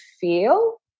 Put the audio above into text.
feel